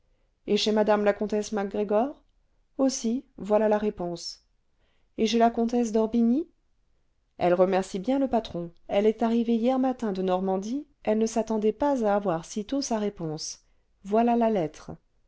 et chez mme la comtesse mac gregor aussi voilà la réponse et chez la comtesse d'orbigny elle remercie bien le patron elle est arrivée hier matin de normandie elle ne s'attendait pas à avoir sitôt sa réponse voilà la lettre